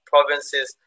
provinces